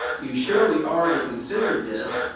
you surely already considered this,